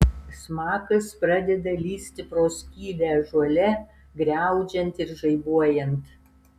smakas pradeda lįsti pro skylę ąžuole griaudžiant ir žaibuojant